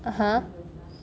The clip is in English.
err